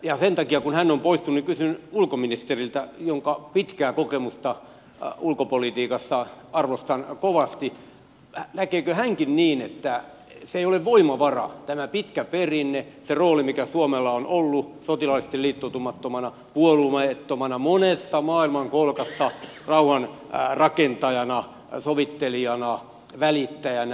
ja sen takia kun hän on poistunut kysyn ulkoministeriltä jonka pitkää kokemusta ulkopolitiikassa arvostan kovasti näkeekö hänkin niin että se ei ole voimavara tämä pitkä perinne se rooli mikä suomella on ollut sotilaallisesti liittoutumattomana puolueettomana monessa maailmankolkassa rauhanrakentajana sovittelijana välittäjänä